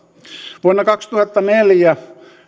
vuonna kaksituhattaneljä